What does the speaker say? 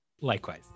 Likewise